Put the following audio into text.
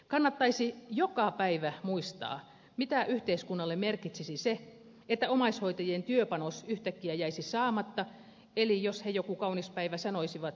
kannattaisi joka päivä muistaa mitä yhteiskunnalle merkitsisi se jos omaishoitajien työpanos yhtäkkiä jäisi saamatta eli jos he joku kaunis päivä sanoisivat